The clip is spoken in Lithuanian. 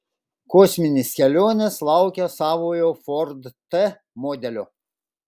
kosminės kelionės laukia savojo ford t modelio